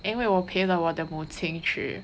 因为我陪了我的母亲去